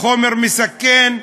חומר מסכן.